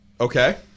Okay